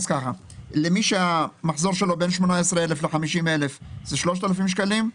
למי שהמחזור שלו בין 18 אלף ל-50 אלף 3,000 שקלים.